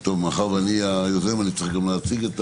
מאחר שאני היוזם, אני צריך גם להציג את